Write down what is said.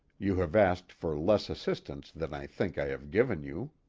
you have asked for less assistance than i think i have given you